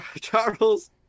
Charles